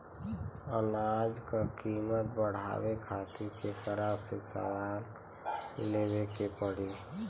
अनाज क कीमत बढ़ावे खातिर केकरा से सलाह लेवे के पड़ी?